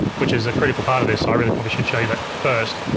which is a critical part of this. i really probably should show you that first.